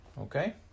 Okay